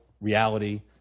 reality